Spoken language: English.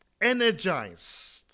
energized